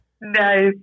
Nice